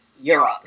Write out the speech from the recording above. Europe